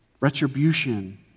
retribution